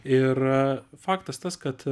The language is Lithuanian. ir faktas tas kad